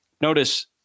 Notice